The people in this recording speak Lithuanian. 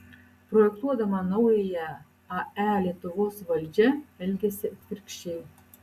projektuodama naująją ae lietuvos valdžia elgiasi atvirkščiai